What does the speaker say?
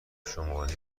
شماره